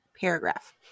paragraph